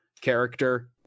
character